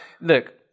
Look